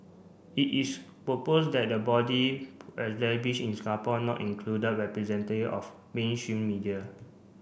it is proposed that the body established in Singapore not include of mainstream media